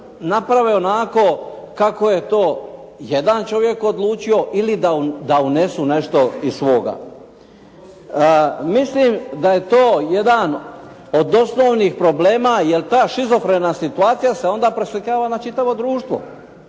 naprave onako kako je to jedan čovjek omogućio ili da unesu nešto iz svoga. Mislim da je to jedan od osnovnih problema jer ta šizofrena situacija se onda preslikava na čitavo društvo,